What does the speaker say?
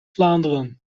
vlaanderen